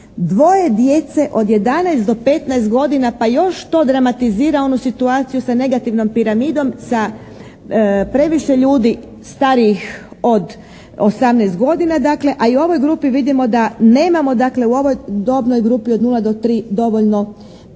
dvoje djece od 11 do 15 godina pa još to dramatizira onu situaciju sa negativnom piramidom, sa previše ljudi starijih od 18 godina dakle a i u ovoj grupi vidimo da nemamo dakle u ovoj dobnoj grupi od 0 do 3 dovoljno da